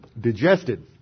digested